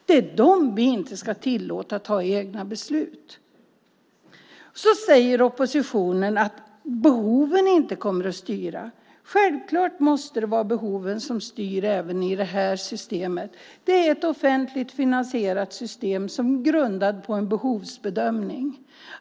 Det är dem vi inte ska tillåta att fatta egna beslut! Oppositionen säger att behoven inte kommer att styra. Självklart måste det vara behoven som styr även i det här systemet. Det är ett offentligt finansierat system som är grundat på en behovsbedömning.